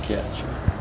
okay lah true